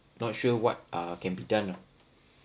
not sure what uh can be done lah